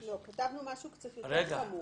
כתבנו משהו קצת יותר חמור,